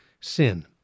sin